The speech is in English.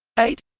eight